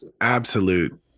absolute